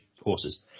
horses